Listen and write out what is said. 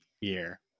year